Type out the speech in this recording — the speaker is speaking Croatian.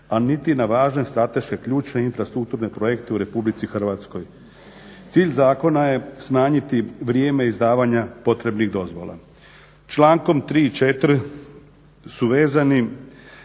a niti na važne strateške, ključne infrastrukturne projekte u RH. Cilj zakona je smanjiti vrijeme izdavanja potrebnih dozvola. Člankom 3. i 4. su vezani